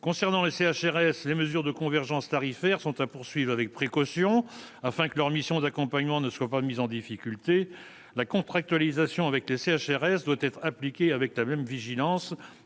concernant le CHRS les mesures de convergence tarifaire sont à poursuivre avec précaution afin que leur mission d'accompagnement ne soient pas mis en difficulté la contractualisation avec les CHRS doit être appliqué avec la même vigilance